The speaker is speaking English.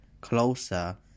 closer